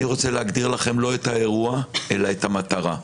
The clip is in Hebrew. אני רוצה להגדיר לכם לא את האירוע אלא את המטרה.